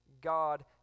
God